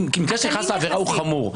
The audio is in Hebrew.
המקרה שנכנס לעבירה הוא חמור.